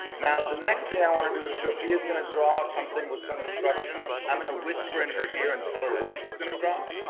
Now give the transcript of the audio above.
now the next thing i want to do is sofia is gonna draw something with some instructions. i'm gonna whisper in her ear and tell her what she's gonna draw,